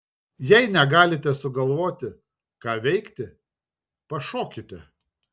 jei negalite sugalvoti ką veikti pašokite